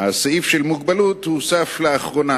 הסעיף של מוגבלות הוסף לאחרונה.